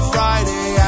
Friday